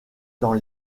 dans